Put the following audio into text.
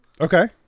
Okay